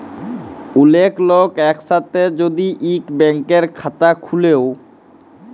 ওলেক লক এক সাথে যদি ইক ব্যাংকের খাতা খুলে ও